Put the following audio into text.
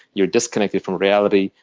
you're disconnected from reality.